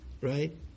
right